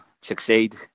succeed